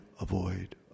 avoid